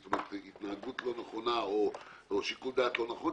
זאת אומרת התנהגות לא נכונה או שיקול דעת לא נכון,